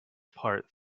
part